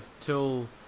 till